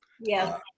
Yes